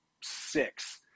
six